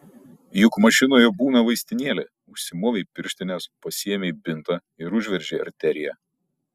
juk mašinoje būna vaistinėlė užsimovei pirštines pasiėmei bintą ir užveržei arteriją